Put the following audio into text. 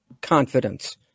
confidence